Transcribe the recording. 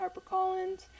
HarperCollins